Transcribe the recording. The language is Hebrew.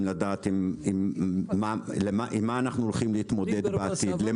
לדעת עם מה אנחנו הולכים להתמודד בעתיד?